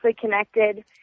connected